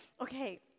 okay